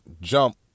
jump